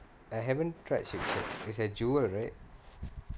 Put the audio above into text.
I haven't tried Shake Shack it's at jewel right